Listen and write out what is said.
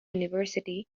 university